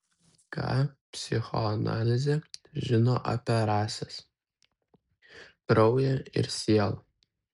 ką psichoanalizė žino apie rases kraują ir sielą